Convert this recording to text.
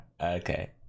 Okay